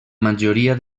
majoria